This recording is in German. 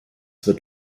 wird